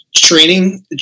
training